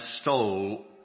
stole